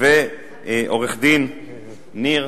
ועורך-דין ניר,